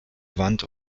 wand